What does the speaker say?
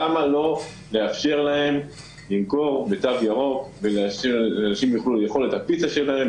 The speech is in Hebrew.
למה לא לאפשר להם למכור בתו ירוק כדי שאנשים יוכלו לאכול את הפיצה שלהם,